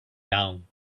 down